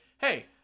hey